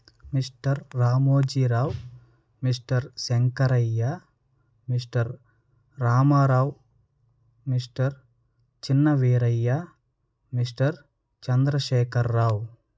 mister Ramojirao mister Shankaraiah mister Ramarao mister Chinna Veeraiah mister Chandrashekar Rao